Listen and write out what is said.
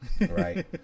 Right